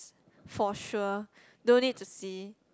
for sure don't need to see